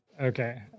Okay